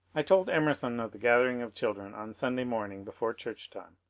i told emerson of the gathering of children on sunday morning before church time,